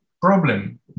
problem